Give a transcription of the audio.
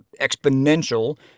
exponential